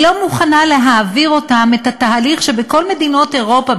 היא לא מוכנה להעביר אותם את התהליך שבכל מדינות אירופה,